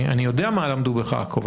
אני יודע מה למדו בחרקוב.